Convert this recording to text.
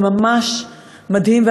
זה ממש מדהים,